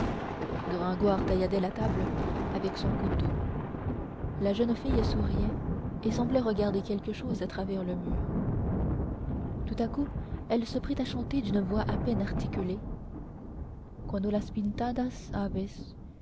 gringoire tailladait la table avec son couteau la jeune fille souriait et semblait regarder quelque chose à travers le mur tout à coup elle se prit à chanter d'une voix à peine articulée